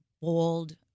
bold